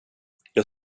jag